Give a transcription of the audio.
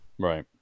Right